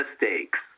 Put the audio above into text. mistakes